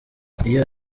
iyo